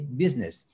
business